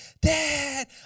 Dad